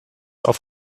auf